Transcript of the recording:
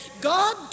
God